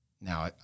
Now